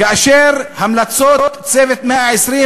כאשר המלצות "צוות 120 הימים",